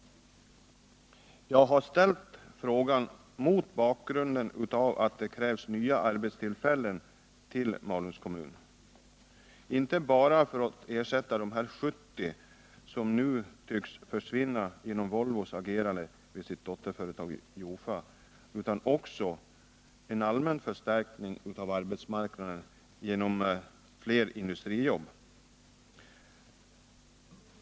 Jag har ställt frågan mot bakgrund av att det krävs nya arbetstillfällen till Malungs kommun, inte bara för att ersätta de 70 som nu tycks försvinna genom Volvos agerande utan också för att allmänt förstärka arbetsmarknaden genom fler industrijobb.